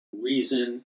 reason